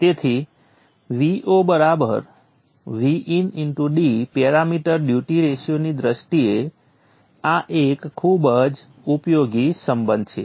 તેથી Vo d parameter duty રેશિયોની દ્રષ્ટિએ આ એક ખૂબ જ ઉપયોગી સંબંધ છે